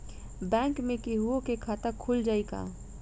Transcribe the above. Bank में केहूओ के खाता खुल जाई का?